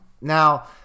Now